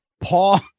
Paul